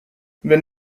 wenn